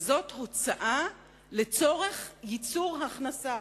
וזאת הוצאה לצורך ייצור הכנסה.